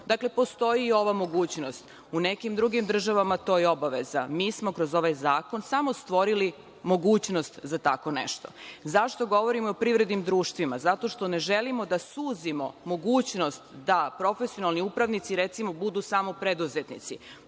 Dakle, postoji i ova mogućnost. U nekim drugim državama to je obaveza. Mi smo kroz ovaj zakon samo stvorili mogućnost za tako nešto.Zašto govorimo o privrednim društvima? Zato što ne želimo da suzimo mogućnost da profesionalni upravnici budu recimo samo preduzetnici,